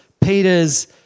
Peter's